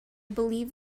believe